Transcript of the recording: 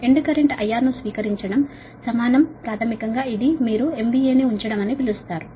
end current IR ను స్వీకరించడం సమానం ప్రాథమికం గా ఇది మీరు MVA ని ఉంచడం అని పిలుస్తారు